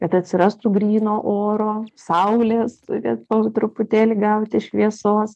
kad atsirastų gryno oro saulės bet po truputėlį gauti šviesos